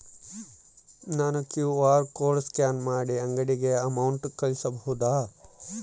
ನಾನು QR code scan ಮಾಡಿ ಅಂಗಡಿಗೆ ಅಮೌಂಟ್ ಕಳಿಸಬಹುದಾ?